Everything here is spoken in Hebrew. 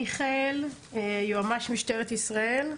מיכאל, יועץ משפטי במשטרת ישראל,